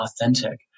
authentic